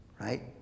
right